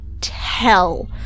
tell